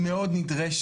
היא מאוד נדרשת,